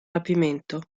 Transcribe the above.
rapimento